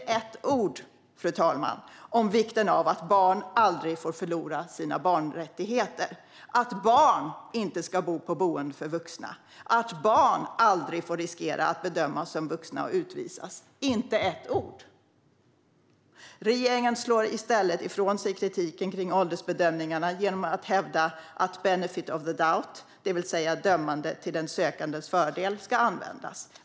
Det sägs inte ett ord om vikten av att barn aldrig får förlora sina barnrättigheter, att barn inte ska bo på boenden för vuxna och att barn aldrig får riskera att bedömas som vuxna och utvisas. Det sägs inte ett ord om det. Regeringen slår i stället ifrån sig kritiken mot åldersbedömningarna genom att hävda att benefit of the doubt, det vill säga dömande till den sökandes fördel, ska användas.